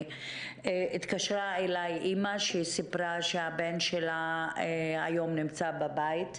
התקשרה אליי אימא שסיפרה שהבן שלה היום נמצא בבית,